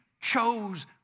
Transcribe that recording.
chose